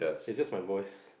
it's just my voice